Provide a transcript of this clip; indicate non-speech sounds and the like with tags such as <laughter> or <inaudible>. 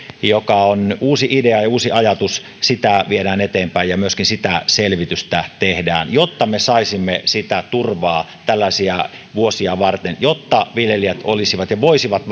joka on uusi idea ja uusi ajatus viedään eteenpäin ja myöskin sitä selvitystä tehdään jotta me saisimme sitä turvaa tällaisia vuosia varten jotta viljelijät voisivat <unintelligible>